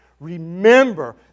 Remember